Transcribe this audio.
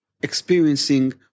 experiencing